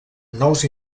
nous